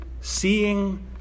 seeing